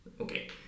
Okay